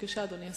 בבקשה, אדוני השר.